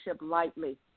lightly